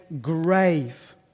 grave